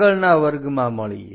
આગળના વર્ગમાં મળીએ